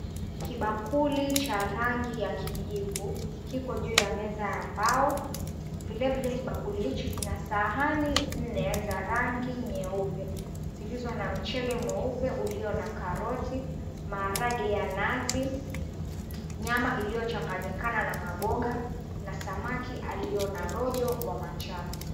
Kibakuli cha rangi ya kijivu kiko juu ya meza ya mbao. Vile vile kibakuli hichi kina sahani ne za rangi nyeupe, zilizo na mchele mweupe ulio na karoti, maharagwe ya nazi, maarage iliyochanganyikana na boga na samaki aliye na rojo la manjano.